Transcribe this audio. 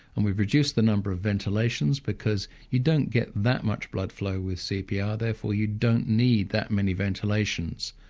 and we've reduced the number of ventilations, because you don't get that much blood flow with cpr, therefore you don't need that many ventilations.